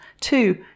two